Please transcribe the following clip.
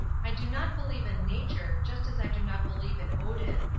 i do not believe in nature, just as i do not believe in odin.